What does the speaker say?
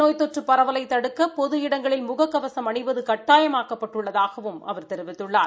நோய் தொற்று பரவலை தடுக்க பொது இடங்களில் முக கவசம் அணிவது இந்த கட்டாயமாக்கப்பட்டுள்ளதாகவும் அவர் தெரிவித்துள்ளார்